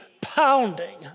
pounding